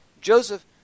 Joseph